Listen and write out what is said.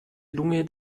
lunge